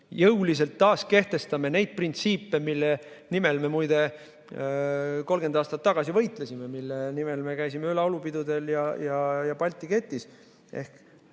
jõuliselt taaskehtestame neid printsiipe, mille nimel me muide 30 aastat tagasi võitlesime, mille nimel me käisime laulupidudel ja Balti ketis. Ehk